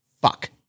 fuck